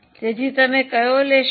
તેથી તમે કયું લેશો